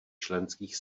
členských